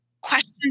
questions